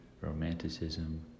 Romanticism